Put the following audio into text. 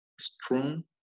strong